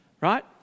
Right